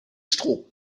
strom